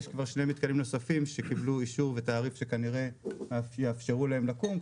יש כבר שני מתקנים נוספים שקיבלו אישור ותעריף שכנראה יאפשרו להם לקום,